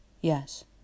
Yes